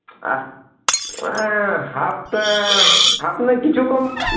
আহ হাফটা হাফ নয় কিছু কম